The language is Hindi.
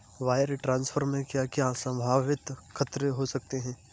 वायर ट्रांसफर में क्या क्या संभावित खतरे हो सकते हैं?